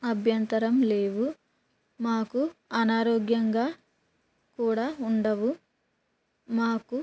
అభ్యంతరం లేదు మాకు అనారోగ్యంగా కూడా ఉండదు మాకు